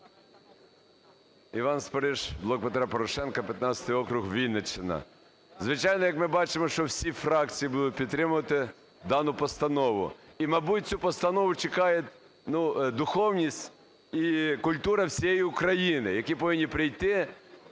Іван Спориш, "Блок Петра Порошенка", 15 округ, Вінниччина. Звичайно, як ми бачимо, що всі фракції будуть підтримувати дану постанову, і, мабуть, цю постанову чекають, ну, духовність і культура всієї України, які повинні прийти